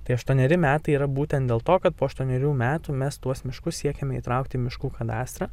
tai aštuoneri metai yra būtent dėl to kad po aštuonerių metų mes tuos miškus siekiame įtraukti į miškų kadastrą